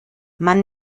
man